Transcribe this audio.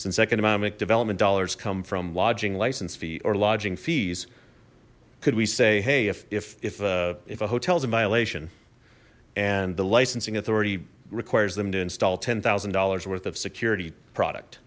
since economic development dollars come from lodging license fee or lodging fees could we say hey if if a hotels in violation and the licensing authority requires them to install ten thousand dollars worth of security product